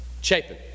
Chapin